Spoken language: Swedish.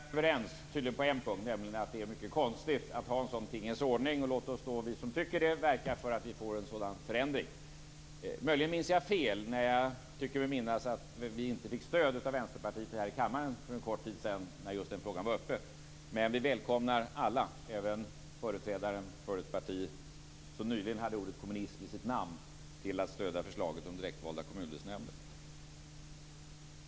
Fru talman! Vi är tydligen överens på en punkt, nämligen att det är mycket konstigt att ha en sådan tingens ordning. Låt oss då, vi som tycker det, verka för att vi får en förändring. Jag minns möjligen fel när jag tycker mig minnas att vi inte fick stöd från Vänsterpartiet här i kammaren för en kort tid sedan när just den frågan var uppe. Men vi välkomnar alla, även företrädaren för ett parti som nyligen hade ordet kommunism i sitt namn, att stödja förslaget om direktvalda kommundelsnämnder.